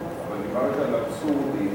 על העבודה,